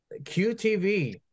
QTV